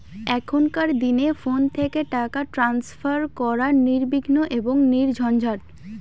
এখনকার দিনে ফোন থেকে টাকা ট্রান্সফার করা নির্বিঘ্ন এবং নির্ঝঞ্ঝাট